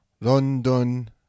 London